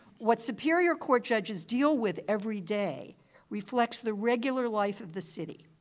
what superior court judges deal with every day reflects the regular life of the city.